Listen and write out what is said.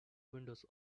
windows